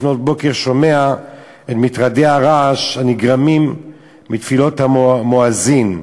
לפנות בוקר אני שומע את מטרדי הרעש הנגרמים מתפילות המואזין.